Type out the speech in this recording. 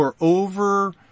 over